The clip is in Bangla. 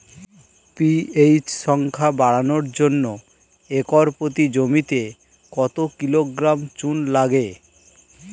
পি.এইচ সংখ্যা বাড়ানোর জন্য একর প্রতি জমিতে কত কিলোগ্রাম চুন লাগে?